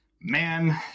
man